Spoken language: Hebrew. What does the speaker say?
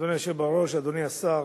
אדוני היושב בראש, אדוני השר,